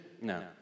No